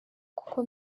kuko